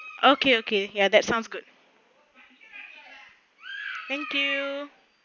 okay okay ya that sounds good thank you